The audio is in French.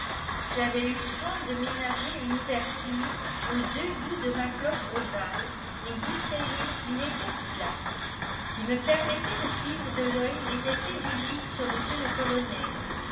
j'avais eu soin de ménager une ouverture aux deux bouts de ma cloche ovale et d'y sceller une épaisse glace qui me permettait de suivre de l'oeil les effets du vide sur mr le colonel